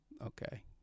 okay